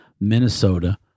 Minnesota